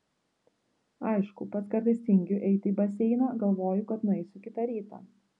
aišku pats kartais tingiu eiti į baseiną galvoju kad nueisiu kitą rytą